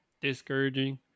discouraging